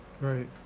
right